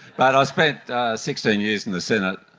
but i spent sixteen years in the senate,